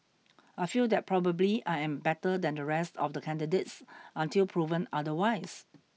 I feel that probably I am better than the rest of the candidates until proven otherwise